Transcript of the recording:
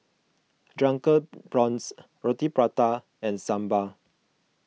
Drunken Prawns Roti Prata and Sambal